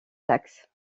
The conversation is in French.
saxe